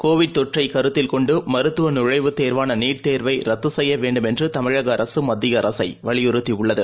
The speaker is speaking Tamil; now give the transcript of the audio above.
கோவிட் தொற்றைக் கருத்தில் கொண்டுமருத்துவநுழைவுத் தேர்வானநீட் தேர்வைரத்துசெய்யவேண்டும் என்று தமிழகஅரசுமத்தியஅரசைவலியுறுத்தியுள்ளது